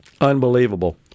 Unbelievable